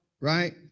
right